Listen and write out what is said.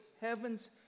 heaven's